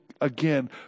again